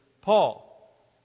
Paul